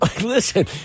Listen